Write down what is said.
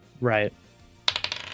Right